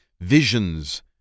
visions